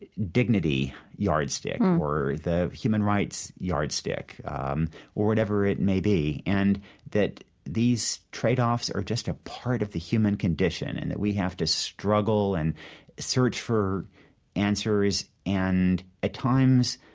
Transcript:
dignity yardstick or the human rights yardstick um or whatever it may be. and that these trade-offs are just a part of the human condition and that we have to struggle and search for answers and, at times,